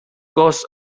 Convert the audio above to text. gos